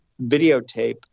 videotape